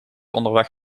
onderweg